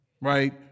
right